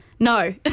No